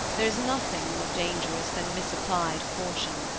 there is nothing more dangerous than misapplied caution.